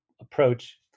approach